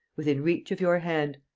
within reach of your hand!